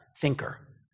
thinker